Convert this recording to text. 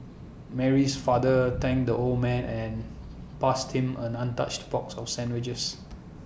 Mary's father thanked the old man and passed him an untouched box of sandwiches